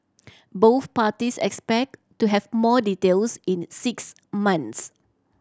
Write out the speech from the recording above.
both parties expect to have more details in six months